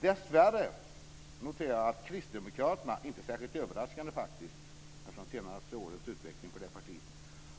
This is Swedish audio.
Dessvärre noterar jag att Kristdemokraterna, inte särskilt överraskande faktiskt efter de senaste årens utveckling för det partiet,